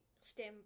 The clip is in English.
STEM